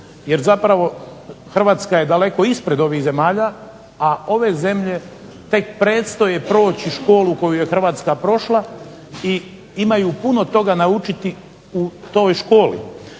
Jer zapravo Hrvatska je daleko ispred ovih zemalja, a ove zemlje tek predstoje proći školu koju je Hrvatska prošla i imaju puno toga naučiti u toj školi.